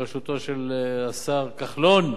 בראשותו של השר כחלון,